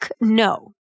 No